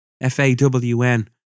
F-A-W-N